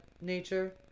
nature